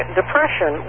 depression